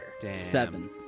Seven